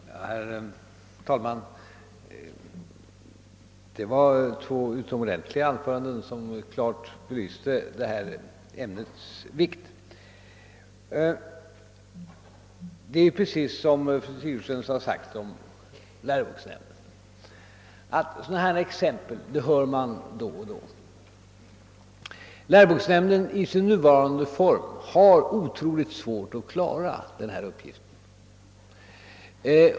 Herr talman! Det var två utomordentliga anföranden som klart belyste ämnets vikt. Vad fru Sigurdsen har sagt om läroboksnämnden är alldeles riktigt. Sådana exempel hör man då och då. Läroboksnämnden i sin nuvarande form har otroligt svårt att klara ifrågavarande granskningsuppgift.